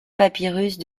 papyrus